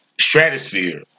stratosphere